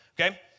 okay